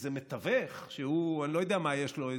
איזה מתווך שאני לא יודע מה יש לו.